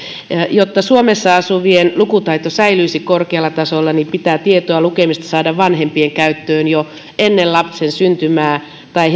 jotta suomessa asuvien lukutaito säilyisi korkealla tasolla pitää tietoa lukemisesta saada vanhempien käyttöön jo ennen lapsen syntymää tai